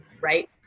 right